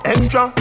Extra